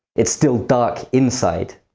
it's still dark inside.